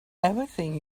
everything